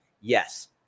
Yes